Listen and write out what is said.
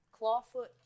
clawfoot